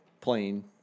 playing